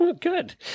good